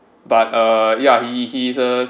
but uh ya he he is a